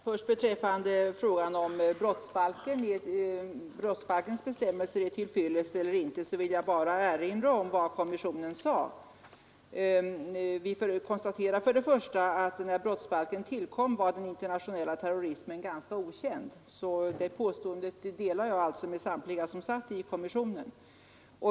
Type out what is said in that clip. Herr talman! När det gäller frågan om brottsbalkens bestämmelser är till fyllest eller inte vill jag bara erinra om vad kommissionen uttalat. Vi konstaterar först och främst att den internationella terrorismen var ganska okänd när brottsbalken tillkom. Den uppfattningen delar jag alltså med samtliga i kommissionen.